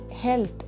health